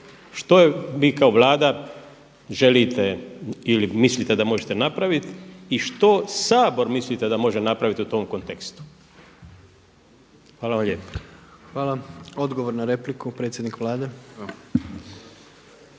Što vi kao Vlada želite ili mislite da možete napraviti i što Sabor mislite da može napraviti u tom kontekstu? Hvala vam lijepo. **Jandroković, Gordan (HDZ)** Hvala. Odgovor na repliku predsjednik Vlade.